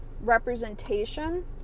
representation